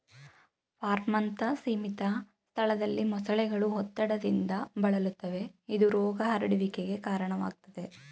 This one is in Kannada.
ಫಾರ್ಮ್ನಂತ ಸೀಮಿತ ಸ್ಥಳದಲ್ಲಿ ಮೊಸಳೆಗಳು ಒತ್ತಡದಿಂದ ಬಳಲುತ್ತವೆ ಇದು ರೋಗ ಹರಡುವಿಕೆಗೆ ಕಾರಣವಾಗ್ತದೆ